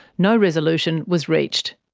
no resolution was reached.